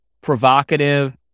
provocative